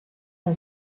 and